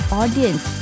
audience